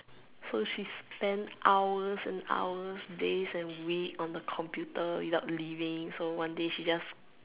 so she spend hours and hours days and week on the computer without leaving so one day she just